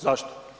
Zašto?